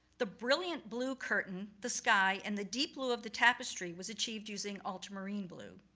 the brilliant blue curtain, the sky, and the deep blue of the tapestry was achieved using ultramarine blue.